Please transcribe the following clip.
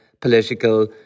political